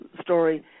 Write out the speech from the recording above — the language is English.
story